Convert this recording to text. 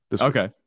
Okay